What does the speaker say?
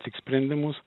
tik sprendimus